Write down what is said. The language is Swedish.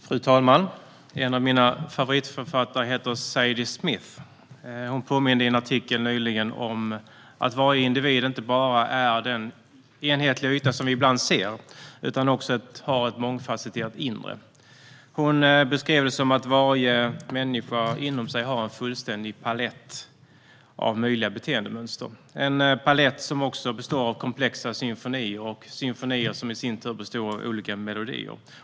Fru talman! En av mina favoritförfattare heter Zadie Smith. Hon påminde i en artikel nyligen om att varje individ inte bara är det enhetliga yttre vi ser, utan att individen också har ett mångfacetterat inre. Hon beskrev det som att varje människa inom sig har en fullständig palett av möjliga beteendemönster, en palett som består av komplexa symfonier som i sin tur består av olika melodier.